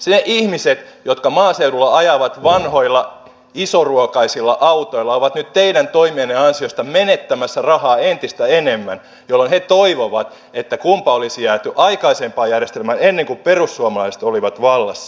ne ihmiset jotka maaseudulla ajavat vanhoilla isoruokaisilla autoilla ovat nyt teidän toimienne ansiosta menettämässä rahaa entistä enemmän jolloin he toivovat että kunpa olisi jääty aikaisempaan järjestelmään ennen kuin perussuomalaiset olivat vallassa